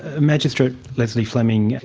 ah magistrate lesley fleming,